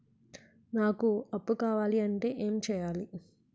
నాకు అప్పు కావాలి అంటే ఎం చేయాలి?